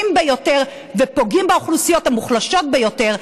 ביותר ופוגעים באוכלוסיות המוחלשות ביותר,